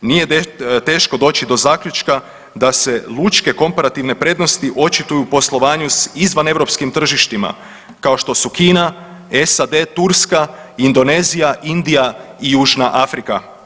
Nije teško doći do zaključka da se lučke komparativne prednosti očituju u poslovanju s izvaneuropskima tržištima kao što su Kina, SAD, Turska, Indonezija, Indija i Južna Afrika.